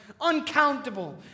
uncountable